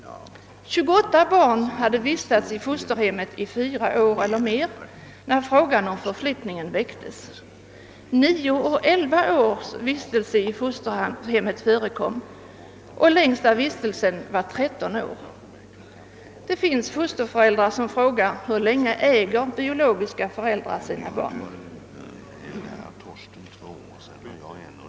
28 barn hade vistats i fosterhemmet fyra år eller mer när frågan om förflyttning väcktes. Nio och elva års vistelse i fosterhemmet förekom, och den längsta vistelsen var 13 år. Det finns fosterföräldrar som frågar: Hur länge äger biologiska föräldrar sina barn?